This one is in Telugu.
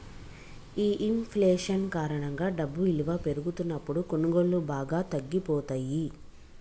ఈ ఇంఫ్లేషన్ కారణంగా డబ్బు ఇలువ పెరుగుతున్నప్పుడు కొనుగోళ్ళు బాగా తగ్గిపోతయ్యి